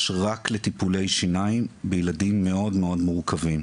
רק לטיפולי שיניים בילדים מורכבים מאוד,